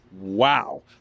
Wow